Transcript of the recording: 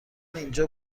اینجا